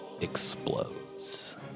explodes